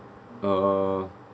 uh